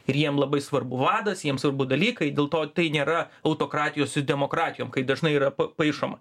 ir jiem labai svarbu vadas jiem svarbu dalykai dėl to tai nėra autokratijos ir demokratijom kai dažnai yra pa paišoma